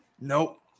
Nope